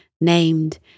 named